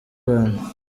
rwanda